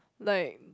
like